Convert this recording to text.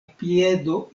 piedo